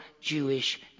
Jewish